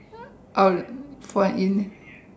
oh quite in